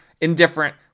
indifferent